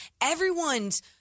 everyone's